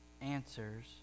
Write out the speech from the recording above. answers